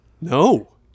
No